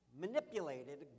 manipulated